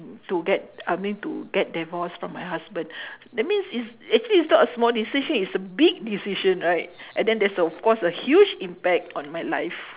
to get I mean to get divorce from my husband that means it's actually it's not a small decision it's a big decision right and then there's of course a huge impact on my life